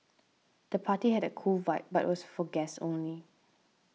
the party had a cool vibe but was for guests only